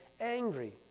angry